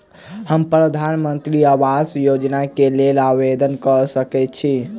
हम प्रधानमंत्री आवास योजना केँ लेल आवेदन कऽ सकैत छी?